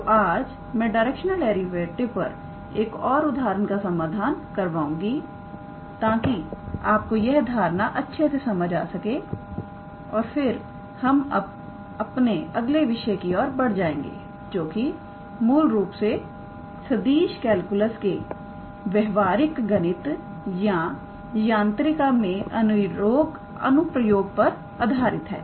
तो आज मैं डायरेक्शनल डेरिवेटिव पर एक और उदाहरण का समाधान करवाऊंगी ताकि आपको यह धारणा अच्छे से समझ आ सके और फिर हम अपने अगले विषय की ओर बढ़ जाएंगे जोकि मूल रूप से सदिश कैलकुलस के व्यवहारिक गणित या यांत्रिका मे अनु प्रयोग पर आधारित है